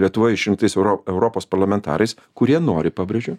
lietuvoje išrinktais euro europos parlamentarais kurie nori pabrėžiu